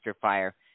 fire